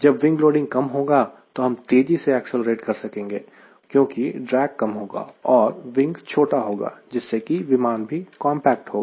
जब wing loading कम होगा तो हम तेजी से एक्सीलरेट कर सकेंगे क्योंकि ड्रैग कम होगा और विंग छोटा होगा जिससे कि विमान भी कांपेक्ट होगा